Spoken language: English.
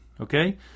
Okay